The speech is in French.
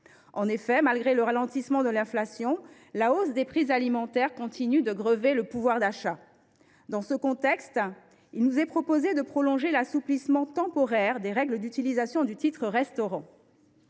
En effet, malgré le ralentissement de l’inflation, la hausse des prix alimentaires continue de grever le pouvoir d’achat. Dans ce contexte, il nous est proposé de prolonger l’assouplissement des règles d’utilisation du titre restaurant.